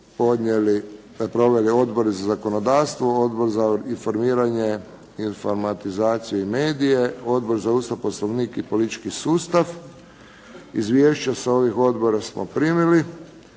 proveli Odbor za zakonodavstvo, Odbor za informiranje, informatizaciju i medije, Odbor za Ustav, poslovnik i politički sustav. Izvješća sa ovih odbora smo primili.